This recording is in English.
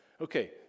okay